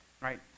right